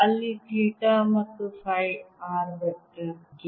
ಅಲ್ಲಿ ಥೀಟಾ ಮತ್ತು phi r vector ಗೆ